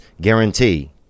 guarantee